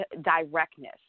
directness